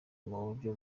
mubyo